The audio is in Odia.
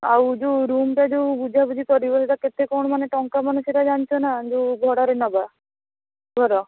ଆଉ ଯେଉଁ ରୁମ୍ଟା ଯେଉଁ ବୁଝା ବୁଝି କରିବ ସେଇଟା କେତେ କ'ଣ ମାନେ ଟଙ୍କା ମାନେ ସେଇଟା ଜାଣିଛ ନା ଯେଉଁ ଭଡ଼ାରେ ନବା ଘର